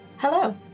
Hello